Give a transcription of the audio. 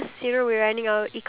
us